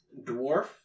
dwarf